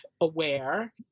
aware